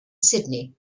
sydney